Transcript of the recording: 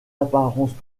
apparences